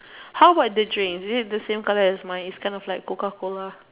how about the drink is it the same colour as mine if kind of like Coca Cola